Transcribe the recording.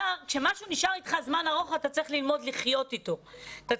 כשמשהו נשאר איתך זמן ארוך אתה צריך ללמוד לחיות איתו בצורה